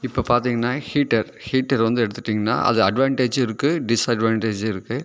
இப்போ பார்த்திங்கனா heater heater வந்து எடுத்துட்டீங்கனால் அது அட்வான்டேஜ்ஜும் இருக்குது டிஸ்அட்வான்டேஜூம் இருக்குது